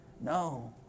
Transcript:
No